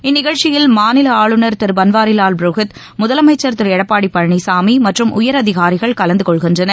இந்நிகழ்ச்சியில் மாநிலஆளுநர் திருபன்வாரிவால் புரோஹித் முதலமைச்சா் திருஎடப்பாடிபழனிசாமிமற்றும் உயரதிகாரிகள் கலந்துகொள்கின்றனர்